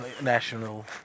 national